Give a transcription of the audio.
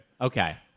Okay